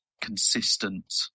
consistent